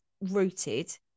rooted